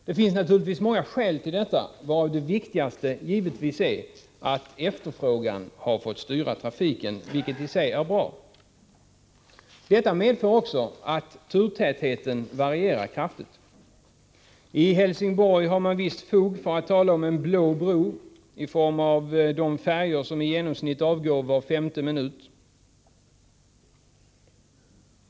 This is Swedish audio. Det finns många skäl till detta, varav det viktigaste givetvis är att efterfrågan har fått styra trafiken, vilket i sig är bra. Detta medför också att turtätheten varierar kraftigt. I Helsingborg har man visst fog för att tala om en blå bro — i form av de färjor som avgår i genomsnitt var femte minut.